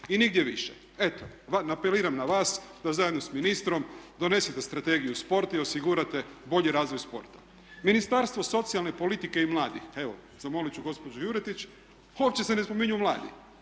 i nigdje više. Eto apeliram na vas da zajedno sa ministrom donesete strategiju sporta i osigurate bolji razvoj sporta. Ministarstvo socijalne politike i mladih, evo zamolit ću gospođu Juretić uopće se ne spominju mladi.